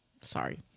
Sorry